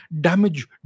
damage